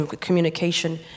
communication